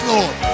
Lord